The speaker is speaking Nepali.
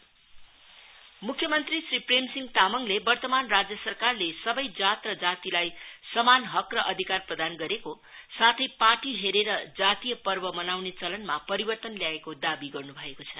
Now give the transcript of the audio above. सिएस लिङ्चोम मुख्यमन्त्री श्री प्रेमसिंह तामाङले वर्तमान राज्य सरकारले सबै जात र जातिलाई समान हक र अधिकार प्रदान गरेको साथै पार्टी हेरेर जातिय पर्व मनाउने चलनमा परिवर्तन ल्याएको दावी गर्नु भएके छ